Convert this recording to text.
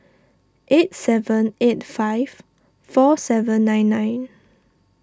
eight seven eight five four seven nine nine